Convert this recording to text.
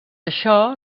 això